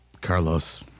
Carlos